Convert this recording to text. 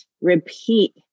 repeat